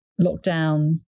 lockdown